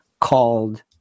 called